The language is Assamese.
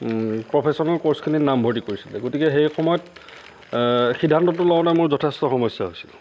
প্ৰফেশ্বনেল ক'ৰ্ছখিনিত নামভৰ্তি কৰিছিলে গতিকে সেই সময়ত সিদ্ধান্তটো লওঁতে মোৰ যথেষ্ট সমস্যা হৈছিল